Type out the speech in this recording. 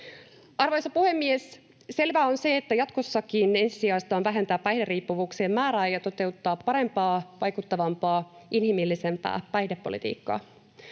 Arvoisa puhemies! Selvää on se, että jatkossakin ensisijaista on vähentää päihderiippuvuuksien määrää ja toteuttaa parempaa, vaikuttavampaa ja inhimillisempää päihdepolitiikkaa.